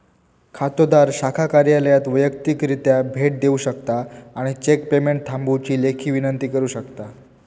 खातोदार शाखा कार्यालयात वैयक्तिकरित्या भेट देऊ शकता आणि चेक पेमेंट थांबवुची लेखी विनंती करू शकता